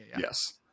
yes